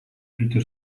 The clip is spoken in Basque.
aritu